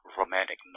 romantic